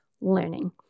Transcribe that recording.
learning